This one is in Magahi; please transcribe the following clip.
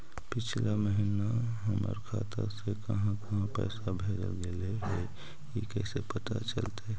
पिछला महिना हमर खाता से काहां काहां पैसा भेजल गेले हे इ कैसे पता चलतै?